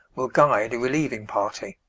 will guide a relieving party.